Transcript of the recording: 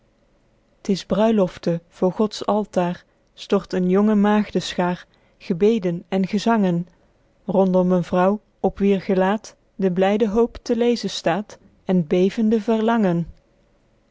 t is bruilofte voor gods altaer stort eene jonge maegdenschaer gebeden en gezangen rondom een vrouw op wier gelaet de blyde hoop te lezen staet en t bevende verlangen